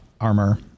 armor